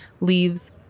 leaves